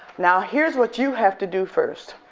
now here's what you have to do first.